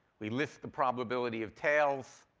we list the probability of tails.